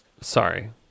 Sorry